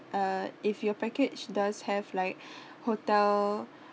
uh if you are package does have like hotel